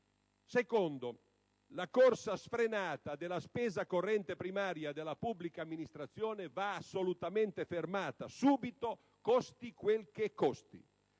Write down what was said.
luogo, la corsa sfrenata della spesa corrente primaria della pubblica amministrazione va assolutamente fermata: subito, costi quel che costi.